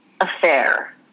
affair